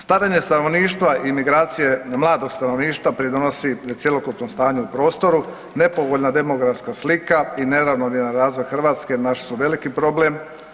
Starenje stanovništva i migracije mladog stanovništva pridonosi cjelokupnom stanju u prostoru, nepovoljna demografska slika i neravnomjeran razvoj Hrvatske naš su veliki problem.